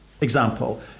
Example